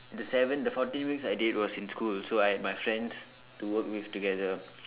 the seven the fourteen weeks I did was in school so I had my friends to work with together